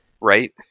right